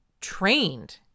trained